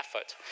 effort